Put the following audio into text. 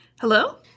Hello